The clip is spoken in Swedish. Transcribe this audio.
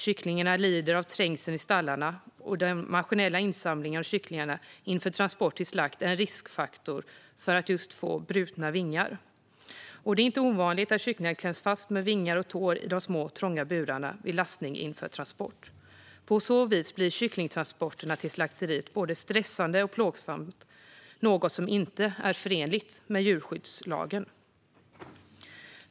Kycklingarna lider av trängseln i stallarna, och den maskinella insamlingen av kycklingar inför transport till slakt är en faktor som ökar risken för att de ska få brutna vingar. Det är inte ovanligt att kycklingar kläms fast med vingar och tår i de små trånga burarna vid lastning inför transport. På så vis blir kycklingtransporterna till slakteriet både stressande och plågsamma, något som inte är förenligt med djurskyddslagen.